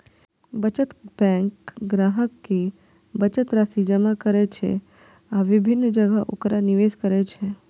बचत बैंक ग्राहक के बचत राशि जमा करै छै आ विभिन्न जगह ओकरा निवेश करै छै